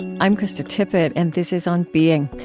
i'm krista tippett and this is on being.